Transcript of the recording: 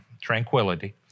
tranquility